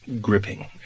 gripping